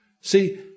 See